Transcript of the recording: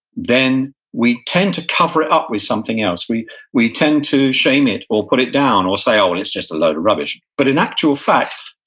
then we tend to cover it up with something else. we we tend to shame it or put it down or say, oh, well it's just a load of rubbish. but in actual fact,